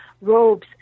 robes